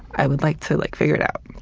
i would like to like figure it out.